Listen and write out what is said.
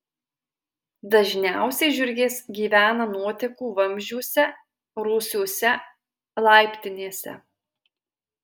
dažniausiai žiurkės gyvena nuotekų vamzdžiuose rūsiuose laiptinėse